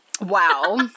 Wow